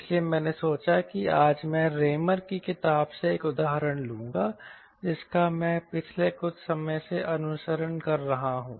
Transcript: इसलिए मैंने सोचा कि आज मैं रैमर की किताब से एक उदाहरण लूंगा जिसका मैं पिछले कुछ समय से अनुसरण कर रहा हूं